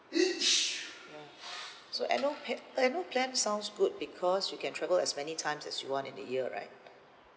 ya so annual pla~ annual plan sounds good because you can travel as many times as you want in the year right